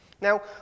Now